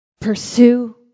Pursue